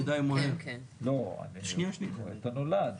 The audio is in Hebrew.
לא, אני רואה את הנולד.